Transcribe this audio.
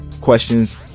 questions